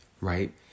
right